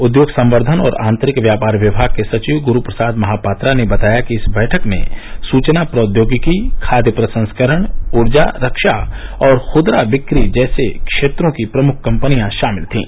उद्योग संक्र्धन और आंतरिक व्यापार किमाग के सचिव गुरू प्रसाद महापात्रा ने बताया कि इस बैठक में सूचना प्रौद्योगिकी खाद्य प्रसंस्करण ऊर्जा रक्षा और खुदरा बिक्री जैसे क्षेत्रों की प्रमुख कंपनियां शामिल थीं